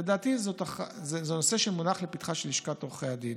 לדעתי זה נושא שמונח לפתחה של לשכת עורכי הדין.